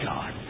God